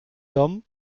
dom